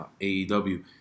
AEW